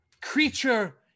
creature